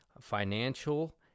financial